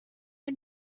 who